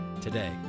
today